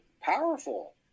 powerful